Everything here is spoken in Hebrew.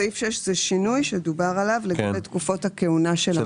סעיף 6 זה שינוי שדובר עליו לגבי תקופות הכהונה של המנכ"ל.